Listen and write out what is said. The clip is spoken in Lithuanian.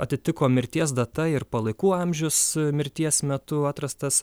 atitiko mirties data ir palaikų amžius mirties metu atrastas